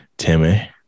timmy